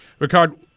Ricard